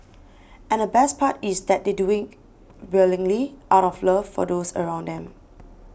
and the best part is that they do it willingly out of love for those around them